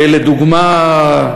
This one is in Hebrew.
לדוגמה,